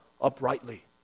uprightly